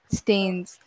stains